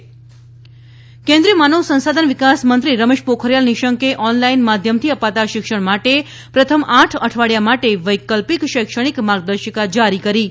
શિક્ષણ માર્ગદર્શિકા કેન્દ્રીય માનવ સંશાધન વિકાસ મંત્રી રમેશ પોખરીયાલ નિશંકે ઓનલાઈન માધ્યમથી અપાતા શિક્ષણ માટે પ્રથમ આઠ અઠવાડિયા માટે વૈકલ્પિક શૈક્ષણિક માર્ગદર્શિકા જારી કરી છે